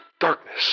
Darkness